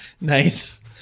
Nice